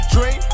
Dream